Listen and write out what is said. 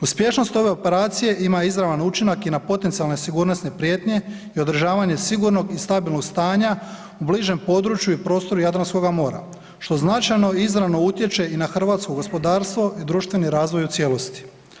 Uspješnost ove operacije ima izravan učinak i na potencijalne sigurnosne prijetnje i održavanje sigurnog i stabilnog stanja u bližem području i prostoru Jadranskoga mora što značajno izravno utječe i na hrvatsko gospodarstvo i društveni razvoj u cijelosti.